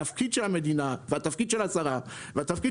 התפקיד של המדינה והתפקיד של השרה והתפקיד